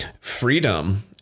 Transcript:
freedom